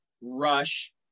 rush